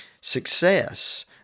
success